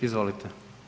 Izvolite.